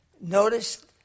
notice